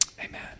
amen